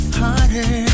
harder